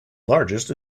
largest